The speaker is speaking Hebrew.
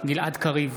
גלעד קריב,